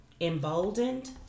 emboldened